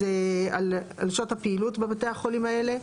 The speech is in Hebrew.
אז על שעות הפעילות בבתי החולים האלה.